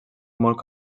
molt